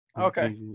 okay